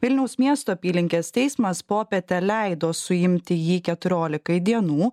vilniaus miesto apylinkės teismas popietę leido suimti jį keturiolikai dienų